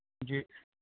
जी